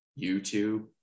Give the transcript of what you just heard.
YouTube